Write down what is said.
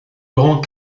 grands